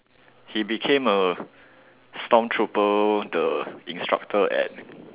he became a storm trooper the instructor at